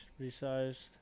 resized